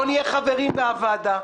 לא נהיה חברים באף ועדה.